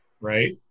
right